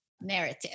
narrative